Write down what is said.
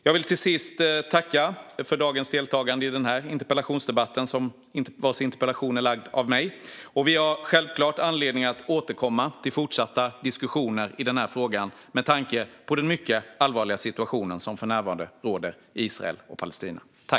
Jag vill till sist tacka för deltagandet i dag i den här interpellationsdebatten där interpellationen är inlämnad av mig. Vi har självklart anledning att återkomma till fortsatta diskussioner i den här frågan med tanke på den mycket allvarliga situation som för närvarande råder i Israel och Palestina.